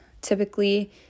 typically